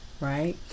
right